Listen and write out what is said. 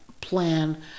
plan